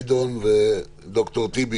גדעון וד"ר טיבי,